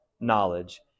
knowledge